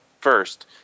first